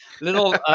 Little